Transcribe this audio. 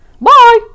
Bye